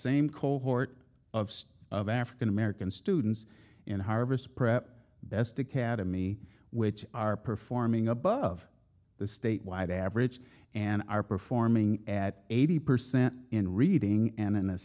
same cohort of african american students in harvest prep best academy which are performing above the statewide average and are performing at eighty percent in reading and an